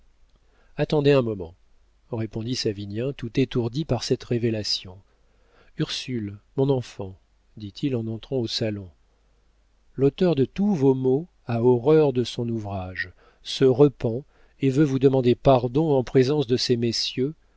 attendez un moment répondit savinien tout étourdi par cette révélation ursule mon enfant dit-il en entrant au salon l'auteur de tous vos maux a horreur de son ouvrage se repent et veut vous demander pardon en présence de ces messieurs